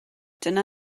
dyna